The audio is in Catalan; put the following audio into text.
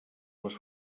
les